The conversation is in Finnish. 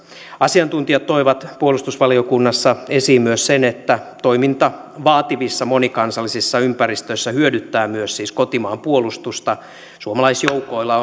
asiantuntijat toivat puolustusvaliokunnassa esiin myös sen että toiminta vaativissa monikansallisissa ympäristöissä hyödyttää siis myös kotimaan puolustusta suomalaisjoukoilla